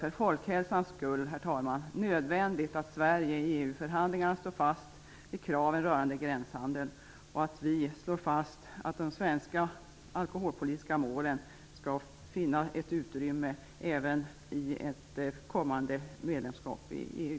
För folkhälsans skull är det nödvändigt att Sverige i EU-förhandlingarna står fast vid kraven rörande gränshandeln och att vi slår fast att de svenska alkoholpolitiska målen skall finna ett utrymme även vid ett kommande medlemskap i EU.